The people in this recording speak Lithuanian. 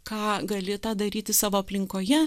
ką gali tą daryti savo aplinkoje